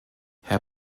herr